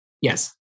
Yes